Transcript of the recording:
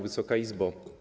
Wysoka Izbo!